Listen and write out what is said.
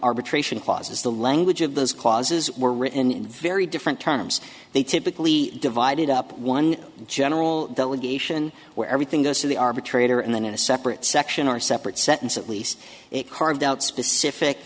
arbitration clauses the language of those clauses were written in very different terms they typically divide it up one general delegation where everything goes to the arbitrator and then in a separate section are separate sentence at least it carved out specific